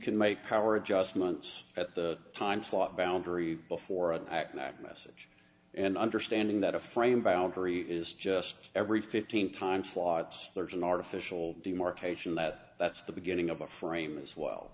can make power adjustments at the time slot boundary before an act that message and understanding that a frame boundary is just every fifteen time slots there is an artificial demarcation that that's the beginning of a frame as well